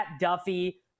Duffy